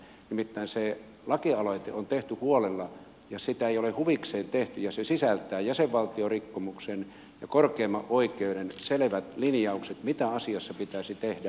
nimittäin se lakialoite on tehty huolella ja sitä ei ole huvikseen tehty ja se sisältää jäsenvaltiorikkomuksen ja korkeimman oikeuden selvät linjaukset mitä asiassa pitäisi tehdä